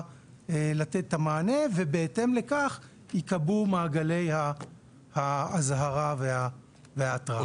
לתת את המענה ובהתאם לכך ייקבעו מעגלי האזהרה וההתרעה.